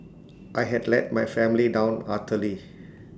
I had let my family down utterly